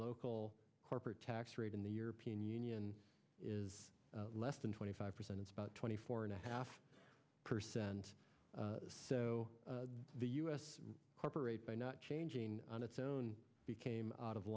local corporate tax rate in the european union is less than twenty five percent it's about twenty four and a half percent so the u s operate by not changing on its own became out of